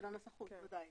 6.שינוי התוספת.